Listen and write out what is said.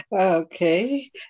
Okay